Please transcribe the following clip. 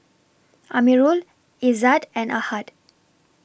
Amirul Izzat and Ahad